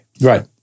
Right